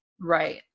Right